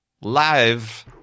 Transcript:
live